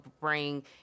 bring